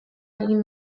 egin